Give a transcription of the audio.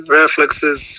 reflexes